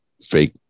fake